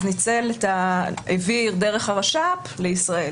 אז העביר דרך הרש"פ לישראל.